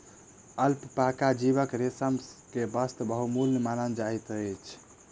alpaca जीवक रेशम के वस्त्र बहुमूल्य मानल जाइत अछि